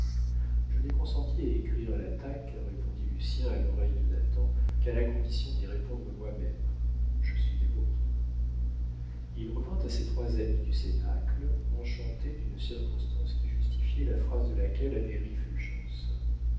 je n'ai consenti à écrire l'attaque répondit lucien à l'oreille de nathan qu'à la condition d'y répondre moi-même je suis des vôtres il revint à ses trois amis du cénacle enchanté d'une circonstance qui justifiait la phrase de laquelle avait